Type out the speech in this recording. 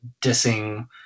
dissing